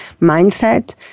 mindset